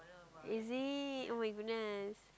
is it [oh]-my-goodness